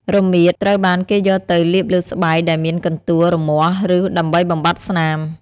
រមៀត ត្រូវបានគេយកទៅលាបលើស្បែកដែលមានកន្ទួល រមាស់ ឬ ដើម្បីបំបាត់ស្នាម។